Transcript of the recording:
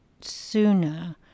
sooner